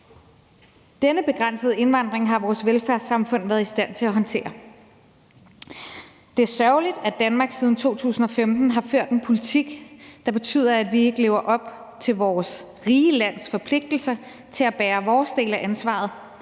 Denne begrænsede indvandring har vores velfærdssamfund været i stand til at håndtere. Det er sørgeligt, at Danmark siden 2015 har ført en politik, der betyder, at vi ikke lever op til vores rige lands forpligtelser til at bære vores del af ansvaret